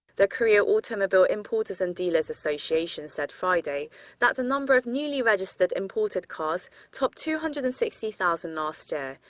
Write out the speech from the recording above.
the korea automobile importers and dealers association said friday that the number of newly registered imported cars topped two hundred and sixty thousand last year.